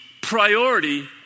priority